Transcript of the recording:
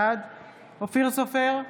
בעד אופיר סופר,